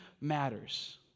matters